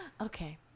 okay